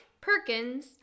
Perkins